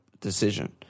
decision